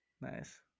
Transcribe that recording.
nice